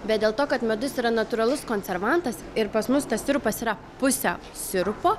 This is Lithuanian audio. bet dėl to kad medus yra natūralus konservantas ir pas mus tas sirupas yra pusę sirupo